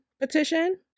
petition